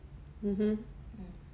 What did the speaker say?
mmhmm